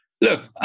look